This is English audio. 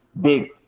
big